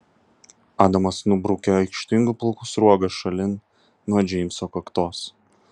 adamas nubraukia aikštingų plaukų sruogas šalin nuo džeimso kaktos